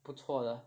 不错的